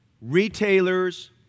retailers